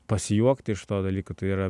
pasijuokti iš to dalyko tai yra